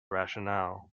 rationale